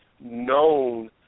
known